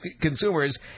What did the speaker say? consumers